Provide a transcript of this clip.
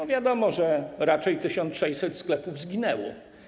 A wiadomo, że raczej 1600 sklepów zginęło.